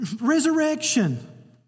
resurrection